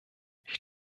ich